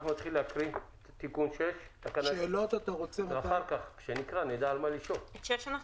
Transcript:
אנחנו נתחיל להקריא תיקון 6. למה את מעדיפה את 8?